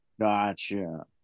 Gotcha